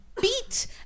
beat